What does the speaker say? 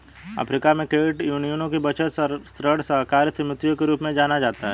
Africa में, credit यूनियनों को बचत, ऋण सहकारी समितियों के रूप में जाना जाता है